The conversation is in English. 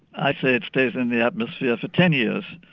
i say it stays in the atmosphere for ten years.